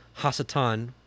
Hasatan